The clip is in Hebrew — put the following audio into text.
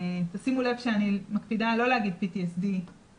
שימו לב שאני מקפידה לא להגיד PTSD בלבד,